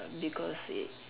because it